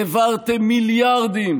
העברתם מיליארדים